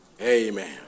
Amen